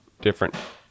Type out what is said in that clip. different